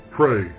pray